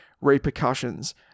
repercussions